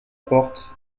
porte